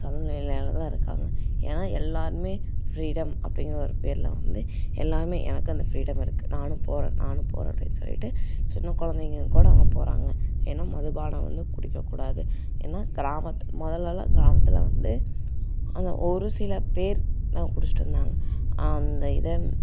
சமநிலையில் தான் இருக்காங்க ஏன்னால் எல்லோருமே ஃப்ரீடம் அப்படிங்கிற ஒரு பேரில் வந்து எல்லோருமே எனக்கு அந்த ஃப்ரீடம் இருக்குது நானும் போகிறேன் நானும் போகிறேன் அப்படின் சொல்லிவிட்டு சின்ன குழந்தைங்க கூட அங்கே போகிறாங்க ஏன்னால் மதுபானம் வந்து குடிக்கக்கூடாது ஏன்னால் கிராமத் முதல்லலாம் கிராமத்தில் வந்து அங்கே ஒரு சில பேர் தான் குடித்துட்டு வந்தாங்க அந்த இதை